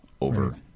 over